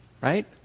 right